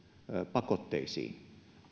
pakotteisiin